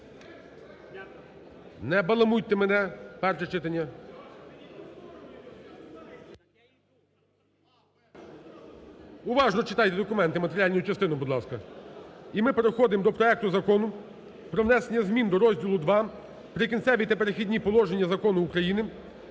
Не баламутьте мене! Перше читання. Уважно читайте документи, матеріальну частину, будь ласка. І ми переходимо до проекту Закону про внесення змін до розділу ІІ "Прикінцеві та перехідні положення" Закону України